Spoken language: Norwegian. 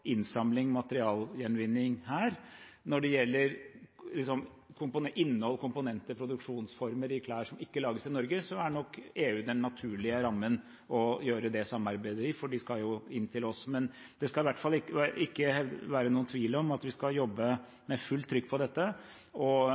innsamling og materialgjenvinning her. Når det gjelder innhold, komponenter og produksjonsformer i klær som ikke lages i Norge, er nok EU den naturlige rammen å gjøre det samarbeidet i, for de skal jo inn til oss. Det skal i hvert fall ikke være noen tvil om at vi skal jobbe med fullt trykk på dette.